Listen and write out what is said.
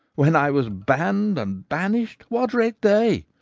when i was banned and banished, what recked they?